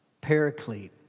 Paraclete